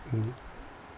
mmhmm